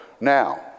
now